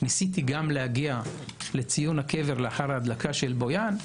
ניסיתי להגיע לציון הקבר לאחר ההדלקה של בויאן.